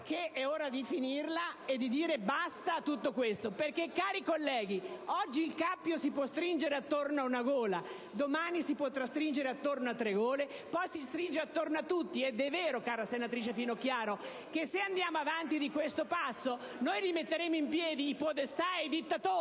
meno, è ora di finirla e di dire basta a tutto questo! Cari colleghi, oggi il cappio si può stringere attorno ad una gola; domani si potrà stringere attorno ad altre gole e poi si stringe attorno a tutti. Ed è vero, senatrice Finocchiaro, che se andiamo avanti di questo passo rimetteremo in piedi i podestà ed i dittatori,